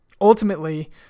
ultimately